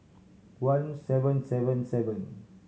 one seven seven seven